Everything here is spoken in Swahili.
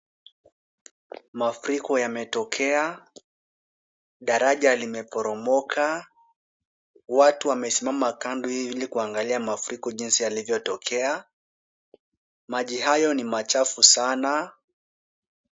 Mafuriko yametokea. Daraja limeporomoka. Watu wamesimama kando ili kuangalia mafuriko jinsi yalivyotokea. Maji hayo ni machafu sana.